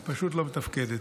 היא פשוט לא מתפקדת.